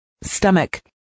stomach